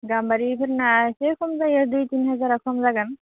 गाम्बारिफोरना एसे खम जायो दुइ तिन हाजारा खम जागोन